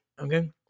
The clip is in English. Okay